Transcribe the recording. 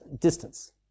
distance